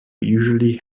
usually